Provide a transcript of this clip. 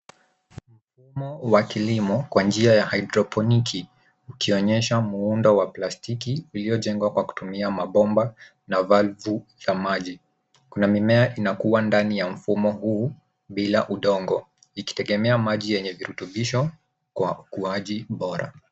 Mfumo wa kilimo kwa njia ya hydroponiki ukionyesha muundo wa plastiki iliyojengwa kwa kutumia mabomba na valvu ya maji na mimea inakua ndani ya mfumo huu bila udongo ikitegemea maji yenye virutubisho kwa ukuaji bora.